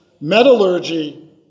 metallurgy